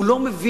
הוא לא מבין